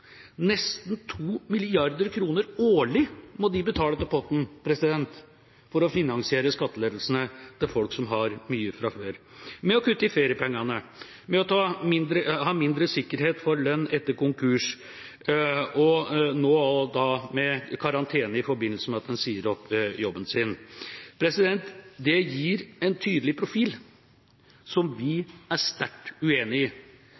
nesten 2 mrd. kr årlig må de betale av potten for å finansiere skattelettelsene til folk som har mye fra før, med å kutte i feriepengene, med å ha mindre sikkerhet for lønn etter konkurs og nå med karantene i forbindelse med at man sier opp jobben sin. Det gir en tydelig profil som vi er sterkt uenig i,